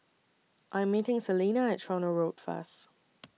I Am meeting Salena At Tronoh Road First